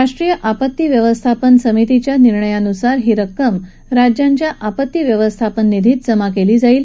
राष्ट्रीय आपत्ती व्यवस्थापन समितीच्या निर्णयानुसार ही रक्कम राज्यांच्या आपत्ती व्यवस्थापन निधीत जमा केली जाईल